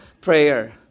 prayer